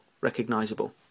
recognisable